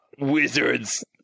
wizards